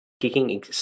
kicking